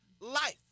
life